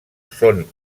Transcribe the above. són